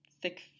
thick